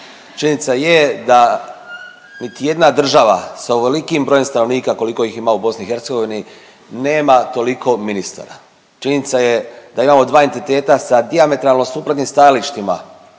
Činjenica je da niti jedna država sa ovolikim brojem stanovnika koliko ih ima u BiH nema toliko ministara. Činjenica je da imamo dva entiteta sa dijametralno suprotnim stajalištima